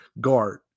guard